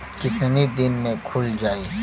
कितना दिन में खुल जाई?